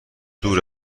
دور